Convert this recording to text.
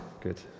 Good